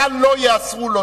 שכאן לא ייאסרו לא-ציונים.